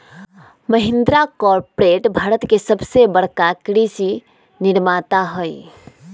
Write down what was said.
Mahindra corporate Bharat के सबसे बड़का कृषि निर्माता हई